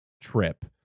trip